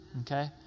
Okay